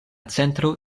centro